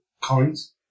coins